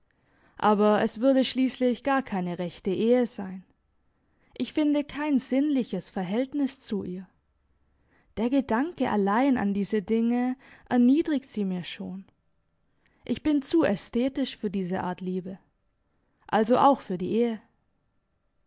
aber es würde schliesslich gar keine rechte ehe sein ich finde kein sinnliches verhältnis zu ihr der gedanke allein an diese dinge erniedrigt sie mir schon ich bin zu ästhetisch für diese art liebe also auch für die ehe